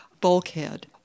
bulkhead